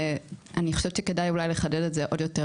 ואני חושבת שכדאי אולי לחדד את זה עוד יותר